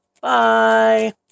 bye